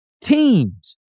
teams